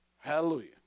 Hallelujah